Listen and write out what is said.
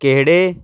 ਕਿਹੜੇ